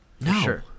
No